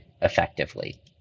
effectively